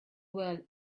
well